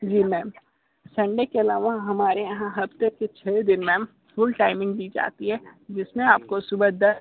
जी ma'am Sunday के अलावा हमारे यहाँ हफ़्ते के छः दिन मैम फुल टाइमिंग दी जाती है जिसमें आपको सुबह दस बजे